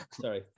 Sorry